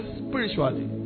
spiritually